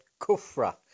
Kufra